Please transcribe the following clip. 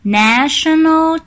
，national